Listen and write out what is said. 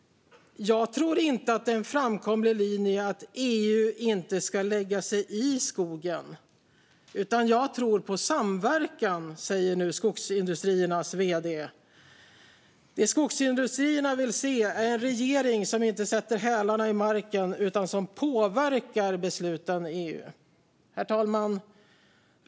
Jag tror inte att det är en framkomlig linje att EU inte ska lägga sig i skogen, utan jag tror på samverkan. Det säger nu Skogsindustriernas vd. Det Skogsindustrierna vill se är en regering som inte sätter hälarna i marken utan som påverkar besluten i EU. Herr talman!